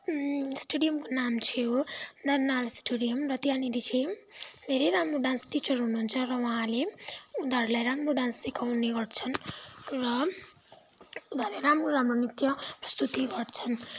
स्टुडियमको नाम चाहिँ हो द स्टेडियम र त्यहाँनिर चाहिँ धेरै राम्रो डान्स टिचर हुनुहुन्छ र उहाँले उनीहरूलाई राम्रो डान्स सिकाउने गर्छन् र उनीहरूले राम्रो राम्रो नृत्य प्रस्तुति गर्छन्